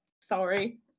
sorry